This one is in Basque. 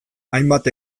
hainbat